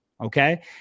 Okay